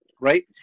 Right